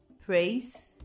Praise